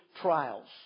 trials